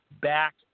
back